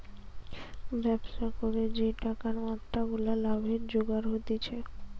ব্যবসা করে যে টাকার মাত্রা গুলা লাভে জুগার হতিছে